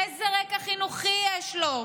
איזה רקע חינוכי יש לו?